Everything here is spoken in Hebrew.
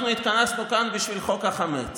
אנחנו התכנסנו כאן בשביל חוק החמץ,